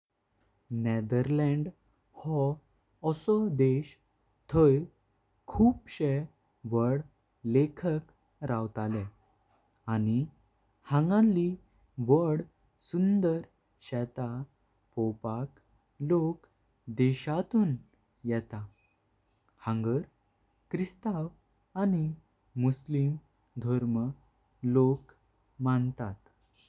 Netherlands हो असो देश थय खूपसे वोड लेखक रवताले। आणि हांगली वोड सुंदर शेता पोवपाक लोक देशांतून येता। हांगर ख्रिस्ताव आणि मुस्लीम धर्म लोक मानता।